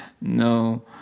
no